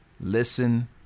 listen